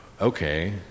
okay